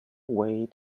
way